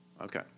Okay